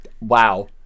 Wow